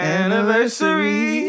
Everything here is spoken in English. anniversary